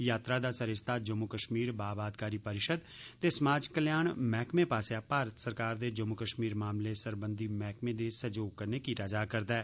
यात्रा दा सरिसता जम्मू कश्मीर बाआबादकारी परषिद ते समाज कल्याण मैहकमें पास्सेआ भारत सरकार दे जम्मू कश्मीर मामले सरबंधी मैहकमें दे सहयोग कन्नै कीता जा करदा ऐ